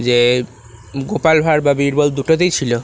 যে গোপাল ভাঁড় বা বীরবল দুটোতেই ছিল